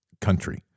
country